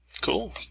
Cool